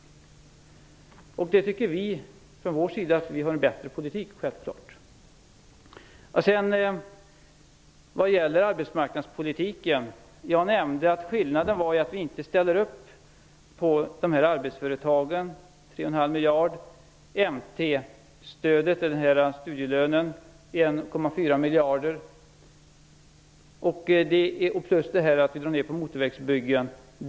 Vi tycker från vår sida att vi har en bättre politik, självklart. Vad gäller arbetsmarknadspolitiken nämnde jag att skillnaden är att vi inte ställer upp på arbetsföretagen, 3,5 miljarder, och NT-stödet, studielönen, 1,4 miljarder, plus att vi drar ner på motorvägsbyggen.